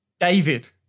David